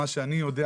מה שאני יודע,